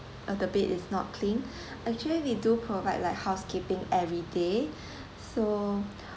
uh the bed is not clean actually we do provide like housekeeping everyday so